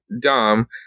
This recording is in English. Dom